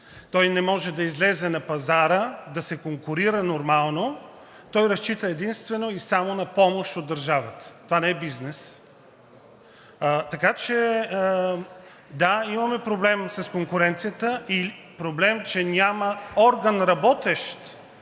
Той не може да излезе на пазара и да се конкурира нормално, той разчита единствено и само на помощ от държавата. Това не е бизнес. Така че, да, имаме проблем с конкуренцията – проблем, че няма работещ